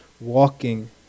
walking